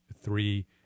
three